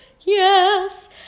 yes